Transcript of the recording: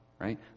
Right